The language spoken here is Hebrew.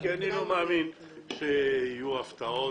כי אני לא מאמין שיהיו הפתעות.